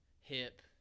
hip